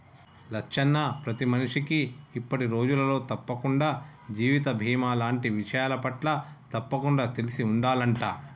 లచ్చన్న ప్రతి మనిషికి ఇప్పటి రోజులలో తప్పకుండా జీవిత బీమా లాంటి విషయాలపట్ల తప్పకుండా తెలిసి ఉండాలంట